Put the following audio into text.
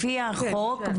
לפי החוק,